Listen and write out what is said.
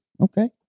Okay